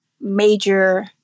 major